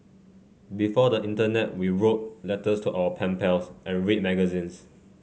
before the internet we wrote letters to our pen pals and read magazines